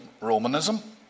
Romanism